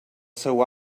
seu